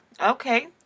Okay